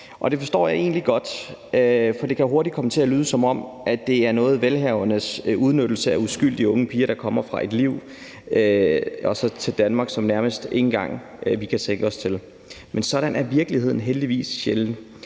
det forstår jeg egentlig godt, for det kan hurtigt komme til at lyde, som om det er noget med velhavernes udnyttelse af uskyldige unge piger, der kommer fra ét liv og så til et i Danmark, som vi nærmest ikke engang kan tænke os til. Men sådan er virkeligheden heldigvis sjældent.